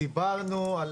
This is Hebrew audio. דיברנו,